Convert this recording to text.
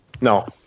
No